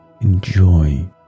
enjoy